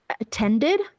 attended